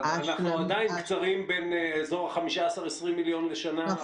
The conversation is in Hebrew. אנחנו עדיין קצרים באזור ה-20-15 מיליון שקלים בשנה.